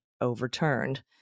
overturned